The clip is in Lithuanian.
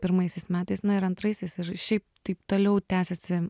pirmaisiais metais na ir antraisiais ir šiaip taip toliau tęsiasi